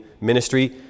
ministry